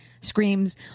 screams